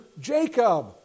Jacob